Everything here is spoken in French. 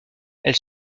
elle